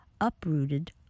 uprooted